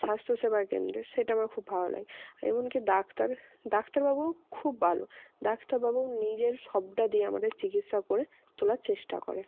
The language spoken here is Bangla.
স্বাস্থ্যসেবা কেন্দ্রের সেটা আমার খুব ভালো লাগে আর এমন কি ডাক্তার ডাক্তারবাবু খুব ভালো ডাক্তারবাবু নিজের সবটে দিয়ে আমাদের চিকিৎসা করে তোলার চেষ্টা করে